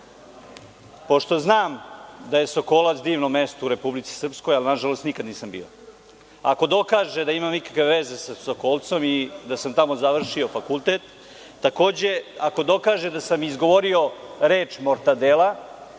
znam da je Sokolac divno mesto u Republici Srpskoj, ali nažalost nikada nisam bio, ako dokaže da imam ikakve veze sa Sokolcem i da sam tamo završio fakultet, takođe, ako dokaže da sam izgovorio reč „mortadela“,